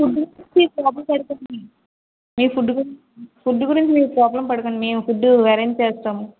food గురించి problem పడకండి మీరు ఫుడ్ గురించి మీరు ప్రాబ్లమ్ పడకండి మేము ఫుడ్ అరేంజ్ చేస్తాము